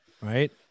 right